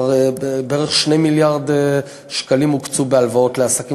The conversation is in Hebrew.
בערך 2 מיליארד שקלים הוקצו בהלוואות לעסקים